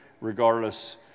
regardless